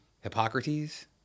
Hippocrates